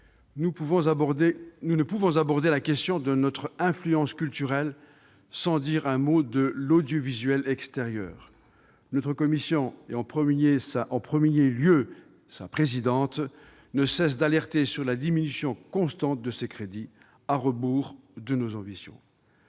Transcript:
nous ne pouvons aborder la question de notre influence culturelle sans dire un mot de l'audiovisuel extérieur. La commission de la culture, en premier lieu sa présidente, ne cesse d'alerter sur la diminution constante de ses crédits, à rebours de nos ambitions.